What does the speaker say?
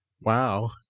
Wow